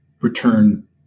return